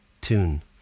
tune